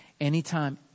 Anytime